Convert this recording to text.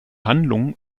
handlung